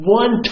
one